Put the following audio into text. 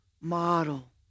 model